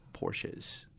Porsches